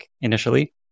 initially